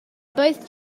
both